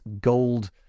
gold